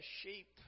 sheep